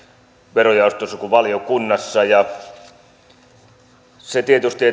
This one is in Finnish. verojaostossa kuin valiokunnassakin tietysti